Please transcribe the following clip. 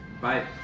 Bye